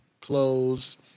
clothes